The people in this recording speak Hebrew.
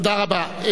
תודה רבה.